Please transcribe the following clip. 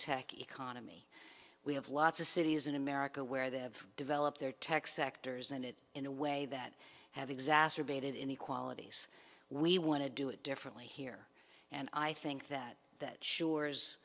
tech economy we have lots of cities in america where they have developed their tech sectors and it in a way that have exacerbated inequalities we want to do it differently here and i think that that